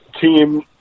team